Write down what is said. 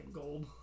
gold